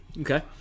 Okay